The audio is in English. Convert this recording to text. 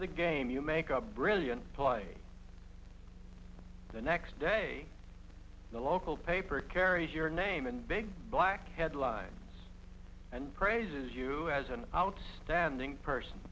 of the game you make a brilliant play the next day the local paper carries your name in big black headlines and praises you as an outstanding person